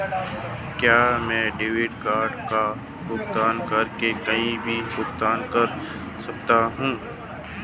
क्या मैं debit card का उपयोग करके कहीं भी भुगतान कर सकता हूं?